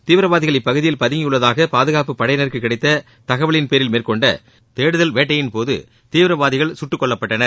தீவிரவாதிகள் இப்பகுதியில் பதங்கியுள்ளதாக பாதுகாப்புப் படையினருக்கு கிடைத்துள்ள தகவலின் பேரில் மேற்கொண்ட தேடுதல் வேட்டையின்போது தீவிரவாதிகள் சுட்டுக் கொல்லப்பட்டனர்